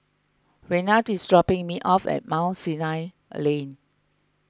Raynard is dropping me off at Mount Sinai Lane